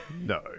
No